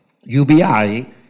UBI